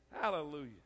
Hallelujah